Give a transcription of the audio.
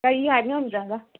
ꯑꯩ ꯍꯥꯏꯕꯗꯤ ꯉꯝꯖꯔꯣꯏ